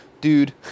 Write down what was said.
Dude